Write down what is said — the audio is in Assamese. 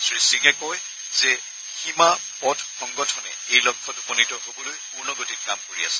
শ্ৰী সিঙে কয় যে সীমা পথ সংগঠনে এই লক্ষ্যত উপনীত হ'বলৈ পূৰ্ণগতিত কাম কৰি আছে